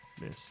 Miss